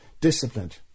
disciplined